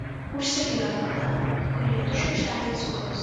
užsigeriu arbata kurioje du šaukšteliai cukraus